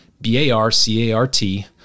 B-A-R-C-A-R-T